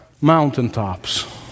mountaintops